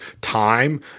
time